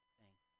thanks